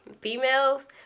females